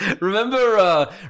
remember